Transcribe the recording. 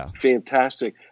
fantastic